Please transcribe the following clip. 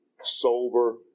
sober